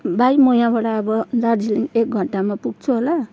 भाइ म यहाँबाट अब दार्जिलिङ एक घन्टामा पुग्छु होला